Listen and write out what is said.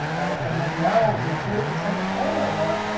and then now, to create the type of foam i want,